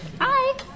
hi